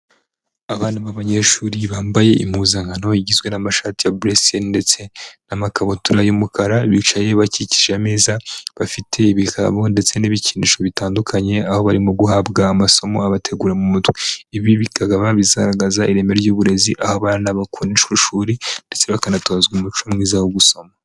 Abana b'abanyeshuri bambaye impuzankano igizwe n'amashati ya buresiyeri ndetse n'amakabutura y'umukara. Bicaye bakikije ameza bafite ibitabo ndetse n'ibikinisho bitandukanye. Aho barimo guhabwa amasomo abategura mu mutwe. Ibi bikaba bigaragaza ireme ry'uburezi. Aho abana bakundishwa ishuri ndetse bakanatozwa umuco mwiza wo gusoma.